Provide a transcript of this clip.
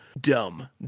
dumb